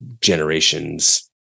generation's